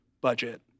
budget